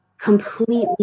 completely